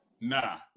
Nah